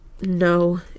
No